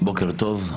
בוקר טוב.